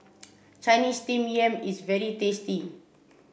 Chinese steamed yam is very tasty